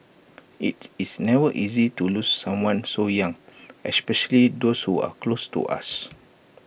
IT is never easy to lose someone so young especially those who are close to us